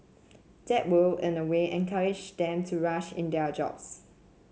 that will in a way encourage them to rush in their jobs